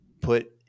put